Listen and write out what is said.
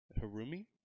Harumi